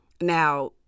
now